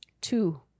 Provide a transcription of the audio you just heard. Two